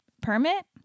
Permit